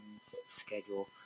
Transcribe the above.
schedule